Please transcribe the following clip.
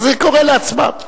אני קורא לעצמם,